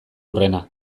hurrena